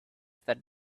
that